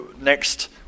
next